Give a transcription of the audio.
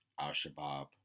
al-Shabaab